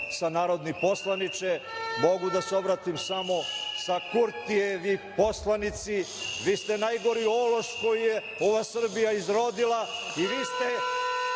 sa „narodni poslaniče“. Mogu da se obratim samo sa „Kurtijevi poslanici“. Vi ste najgori ološ koji je ova Srbija izrodila i vi ste